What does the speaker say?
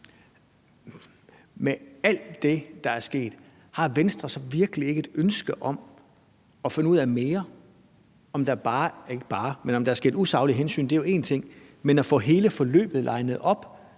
med alt det, der er sket, har Venstre så virkelig ikke et ønske om at finde ud af mere? Om der er taget usaglige hensyn, er jo én ting, men der er også det med at få hele forløbet linet op.